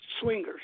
swingers